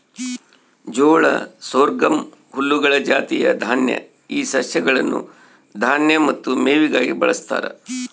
ಜೋಳ ಸೊರ್ಗಮ್ ಹುಲ್ಲುಗಳ ಜಾತಿಯ ದಾನ್ಯ ಈ ಸಸ್ಯಗಳನ್ನು ದಾನ್ಯ ಮತ್ತು ಮೇವಿಗಾಗಿ ಬಳಸ್ತಾರ